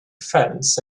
fence